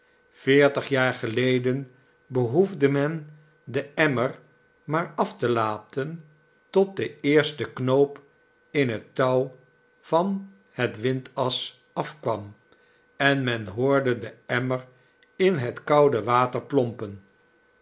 veertig jaar geleden behoefde men den emmer maar af te laten tot de eerste knoop in het touw van het windas afkwam en men hoorde den emmer in het koude water plompen